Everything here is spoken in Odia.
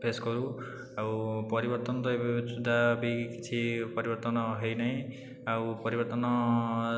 ଫେସ କରୁ ଆଉ ପରିବର୍ତ୍ତନ ତ ଏବେ ସୁଦ୍ଧା ବି କିଛି ପରିବର୍ତ୍ତନ ହୋଇନାହିଁ ଆଉ ପରିବର୍ତ୍ତନ